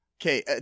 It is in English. okay